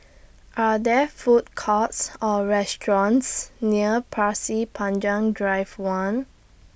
Are There Food Courts Or restaurants near Pasir Panjang Drive one